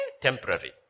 Temporary